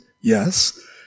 Yes